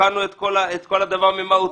רוקנו את כל הדבר ממהותו.